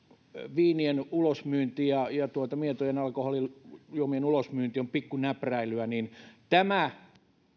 viinien ulosmyynti ja ja mietojen alkoholijuomien ulosmyynti on pikkunäpräilyä niin tämä